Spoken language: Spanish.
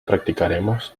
practicaremos